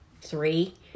three